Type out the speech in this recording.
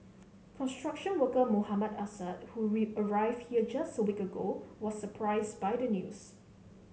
construction worker Mohammad Assad who arrived here just a week ago was surprised by the news